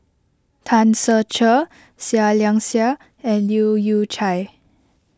Tan Ser Cher Seah Liang Seah and Leu Yew Chye